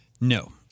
No